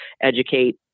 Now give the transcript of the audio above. educate